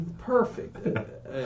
perfect